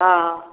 हँ